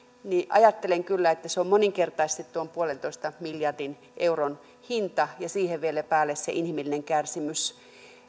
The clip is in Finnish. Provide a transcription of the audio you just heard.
niin ajattelen kyllä että se on moninkertaisesti tuon yhden pilkku viiden miljardin euron hinta ja siihen vielä päälle se inhimillinen kärsimys